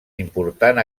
important